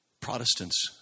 Protestants